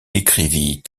écrivit